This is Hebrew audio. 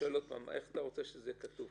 איך אתה רוצה שזה יהיה כתוב?